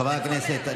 חברי הכנסת,